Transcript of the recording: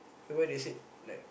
then why they said like